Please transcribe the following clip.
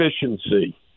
efficiency